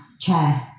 chair